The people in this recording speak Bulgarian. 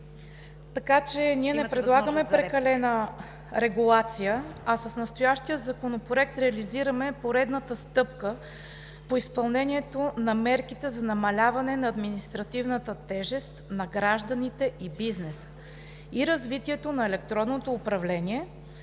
Ние не предлагаме прекалена регулация, а с настоящия законопроект реализираме поредната стъпка по изпълнението на мерките за намаляване на административната тежест на гражданите и бизнеса и развитието на електронното управление.